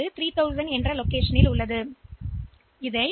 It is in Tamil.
எனவே இது போன்ற எண்ணில் 3000 இடத்தில் கிடைத்துள்ளேன்